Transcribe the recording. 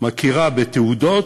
מכירים בהם בתעודות,